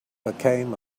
became